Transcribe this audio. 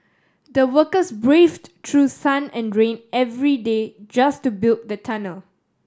the workers braved through sun and rain every day just to build the tunnel